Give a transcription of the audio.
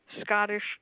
Scottish